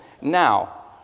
Now